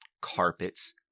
carpets